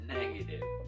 negative